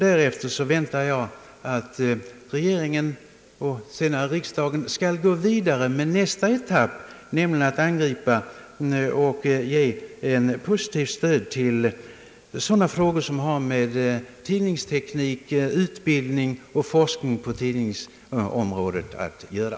Därefter väntar jag att regeringen och senare riksdagen skall gå vidare med nästa etapp, nämligen att ge ett positivt stöd till sådan verksamhet som har med tidningsteknik, utbildning och forskning på tidningsområdet att göra.